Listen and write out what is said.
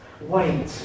wait